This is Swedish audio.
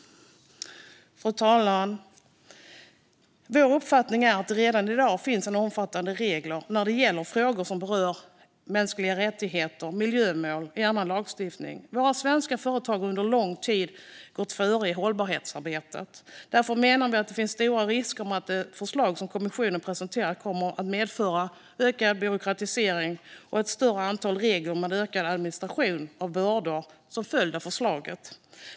Fru talman! Vår uppfattning är att det redan i dag finns omfattande regler när det gäller frågor som rör mänskliga rättigheter och miljömål i annan lagstiftning. Där har svenska företag under lång tid gått före i hållbarhetsarbetet. Därför menar vi att det finns stora risker för att det förslag som kommissionen har presenterat kommer att medföra ökad byråkratisering och ett större antal regler och ökade administrativa bördor.